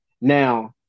Now